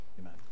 amen